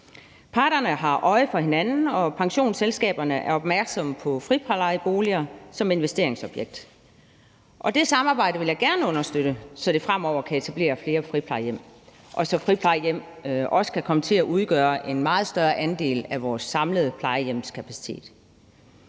Parterne har øje for hinanden, og pensionsselskaberne er opmærksomme på friplejeboliger som investeringsobjekter. Det samarbejde vil jeg gerne understøtte, så der fremover kan etableres flere friplejehjem, og så friplejehjem også kan komme til at udgøre en meget større andel af vores samlede plejehjemskapacitet.